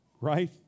right